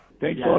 Thanks